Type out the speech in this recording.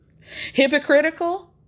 hypocritical